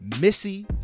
Missy